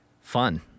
fun